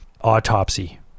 autopsy